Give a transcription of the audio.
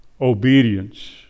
Obedience